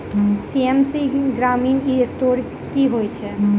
CSC ग्रामीण e store की होइ छै?